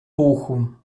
bochum